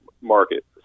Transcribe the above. market